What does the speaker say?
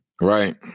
Right